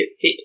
fit